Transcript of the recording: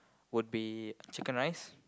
would be chicken rice